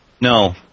No